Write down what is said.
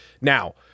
Now